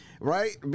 right